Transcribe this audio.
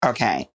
Okay